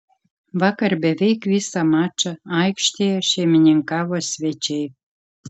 vakar beveik visą mačą aikštėje šeimininkavo svečiai